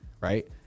right